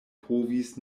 povis